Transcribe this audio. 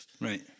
Right